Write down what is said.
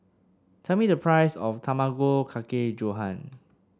tell me the price of Tamago Kake Gohan